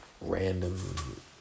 random